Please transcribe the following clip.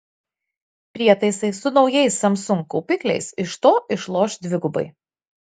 prietaisai su naujais samsung kaupikliais iš to išloš dvigubai